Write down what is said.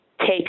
take